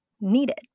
needed